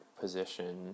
position